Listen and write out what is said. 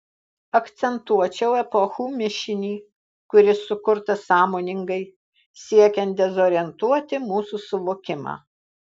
akcentuočiau epochų mišinį kuris sukurtas sąmoningai siekiant dezorientuoti mūsų suvokimą